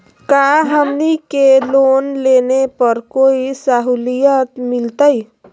का हमनी के लोन लेने पर कोई साहुलियत मिलतइ?